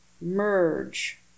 merge